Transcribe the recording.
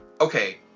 Okay